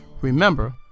Remember